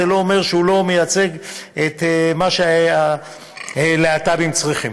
זה לא אומר שהוא לא מייצג את מה שהלהט"בים צריכים.